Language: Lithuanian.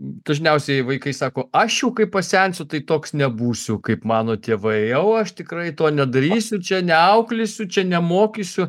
dažniausiai vaikai sako aš jau kai pasensiu tai toks nebūsiu kaip mano tėvai jau aš tikrai to nedarysiu ir čia neauklėsiu čia nemokysiu